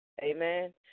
Amen